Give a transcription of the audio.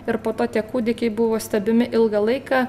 ir po to tie kūdikiai buvo stebimi ilgą laiką